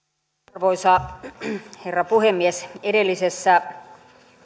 arvoisa herra puhemies edellisessä